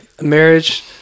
marriage